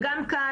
וגם כאן,